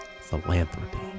philanthropy